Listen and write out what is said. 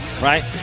right